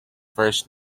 first